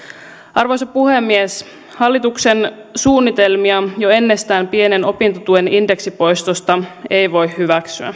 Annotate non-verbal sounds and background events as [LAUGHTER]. arvoisa puhemies hallituksen suunnitelmia jo ennestään pienen opintotuen indeksipoistosta ei voi hyväksyä [UNINTELLIGIBLE]